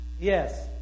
yes